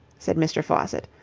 said mr. faucitt,